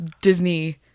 Disney